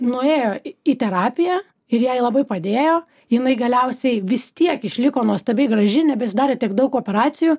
nuėjo į terapiją ir jai labai padėjo jinai galiausiai vis tiek išliko nuostabiai graži nebesidarė tiek daug operacijų